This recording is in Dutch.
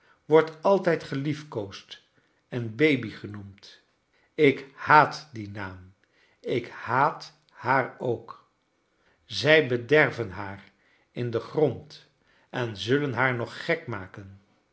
wordt altijd geliefkoosd en baby genoemd ik haat dien naam ik haat haar ook zij bederven haar in den grond en zullen haar nog gek maken